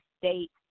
state